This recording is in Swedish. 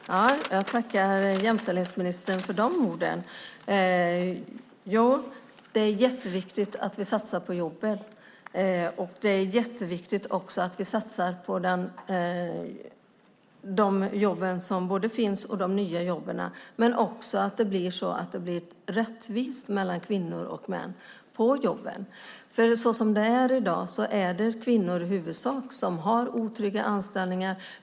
Fru talman! Jag tackar jämställdhetsministern för dessa ord. Jo, det är jätteviktigt att vi satsar på jobben. Det är jätteviktigt att satsa både på de jobb som finns och de nya jobben, men också att det blir rättvist mellan kvinnor och män på jobben. Som det är i dag är det nämligen i huvudsak kvinnor som har otrygga anställningar.